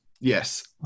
Yes